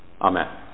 Amen